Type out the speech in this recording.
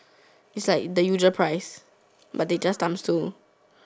it's like the usual price but they just times two